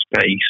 space